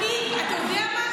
אתה יודע מה?